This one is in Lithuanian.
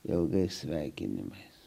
ilgais sveikinimais